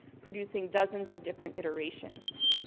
producing dozens of different iterations.